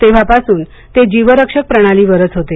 तेव्हापासून ते जीवरक्षक प्रणालीवरच होते